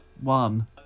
One